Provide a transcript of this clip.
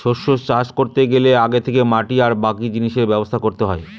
শস্য চাষ করতে গেলে আগে থেকে মাটি আর বাকি জিনিসের ব্যবস্থা করতে হয়